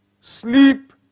sleep